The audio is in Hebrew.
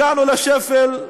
הגענו לשפל.